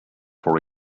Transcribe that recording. for